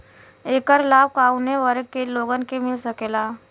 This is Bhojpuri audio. ऐकर लाभ काउने वर्ग के लोगन के मिल सकेला?